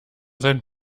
sein